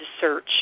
search